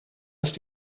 ist